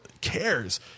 cares